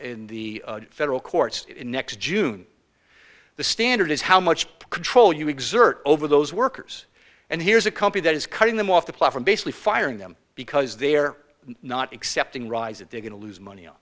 in the federal courts next june the standard is how much control you exert over those workers and here's a company that is cutting them off the platform basically firing them because they're not accepting rides that they're going to lose money on